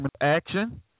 action